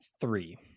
three